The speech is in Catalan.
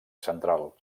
central